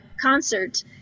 concert